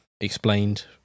explained